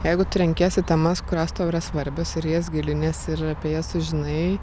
jeigu tu renkiesi temas kurios tau yra svarbios ir į jas giliniesi ir apie jas sužinai